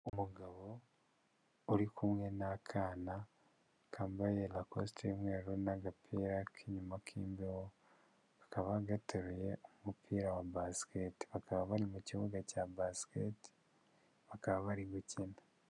Umugabo uri kumwe n'akana kambaye rakosite y'umweru n'agapira k'inyuma k'imbeho akaba gateruye umupira wa basikete bakaba bari mu kibuga cya basikete bakaba bari gukina.